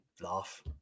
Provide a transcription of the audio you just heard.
Laugh